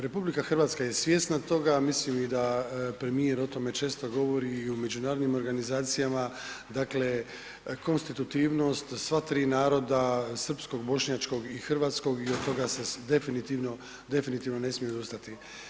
RH je svjesna toga, mislim i da premijer o tome često govori i u međunarodnim organizacijama, dakle konstitutivnost sva tri naroda Srpskog, Bošnjačkog i Hrvatskog i od toga se definitivno, definitivno ne smije odustati.